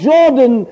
Jordan